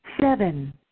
seven